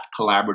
collaborative